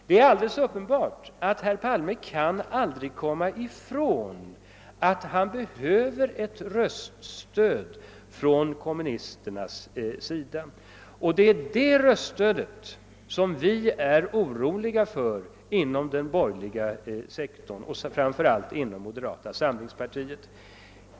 Det är alldeles uppenbart att herr Palme aldrig kan komma ifrån att han behöver ett röststöd från kommunisterna, och det är för det röststödet som vi inom den borgerliga sektorn och framför allt inom moderata samlingspartiet är oroliga.